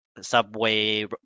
subway